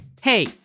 Hey